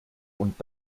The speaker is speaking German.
und